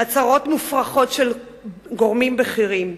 הצהרות מופרכות של גורמים בכירים,